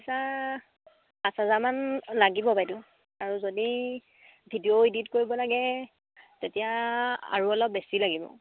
পইচা পাঁচ হাজাৰমান লাগিব বাইদেউ আৰু যদি ভিডিঅ' এডিট কৰিব লাগে তেতিয়া আৰু অলপ বেছি লাগিব